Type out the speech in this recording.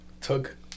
took